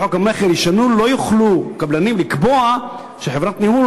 לפי חוק המכר לא יוכלו הקבלנים לקבוע שחברת הניהול,